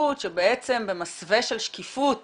השקיפות שבעצם במסווה של שקיפות